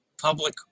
public